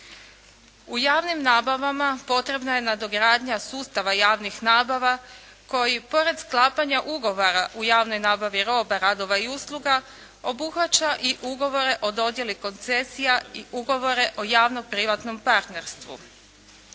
U javnim nabavama potrebna je nadogradnja sustava javnih nabava koji pored sklapanja ugovora u javnoj nabavi robe radova i usluga obuhvaća i ugovore o dodjeli koncesija i ugovore o javno-privatnom partnerstvu.